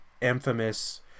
infamous